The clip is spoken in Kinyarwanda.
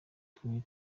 rwe